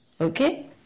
okay